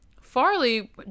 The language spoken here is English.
Farley